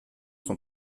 sont